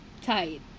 tight